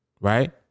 right